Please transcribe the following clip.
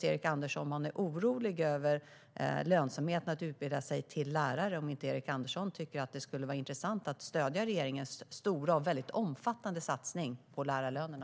Om Erik Andersson är orolig över lönsamheten i att utbilda sig till lärare blir min fråga naturligtvis: Tycker inte Erik Andersson att det vore intressant att stödja regeringens stora och väldigt omfattande satsning på lärarlönerna?